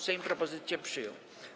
Sejm propozycję przyjął.